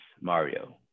Mario